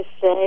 say